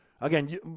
Again